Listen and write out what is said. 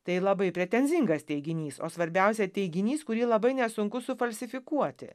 tai labai pretenzingas teiginys o svarbiausia teiginys kurį labai nesunku sufalsifikuoti